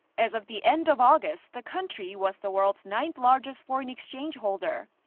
as of the end of august, the country was the world's ninth largest foreign exchange holder.